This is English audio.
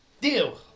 Deal